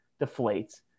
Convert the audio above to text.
deflates